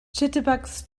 jitterbugs